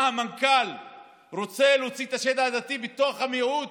מה, המנכ"ל רוצה להוציא את השד העדתי בתוך המיעוט?